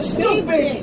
Stupid